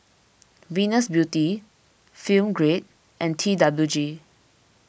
Venus Beauty Film Grade and T W G